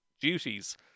duties